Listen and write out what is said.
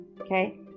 okay